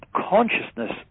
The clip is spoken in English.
consciousness